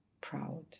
proud